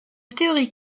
théorie